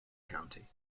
county